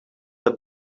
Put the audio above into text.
the